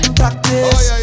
practice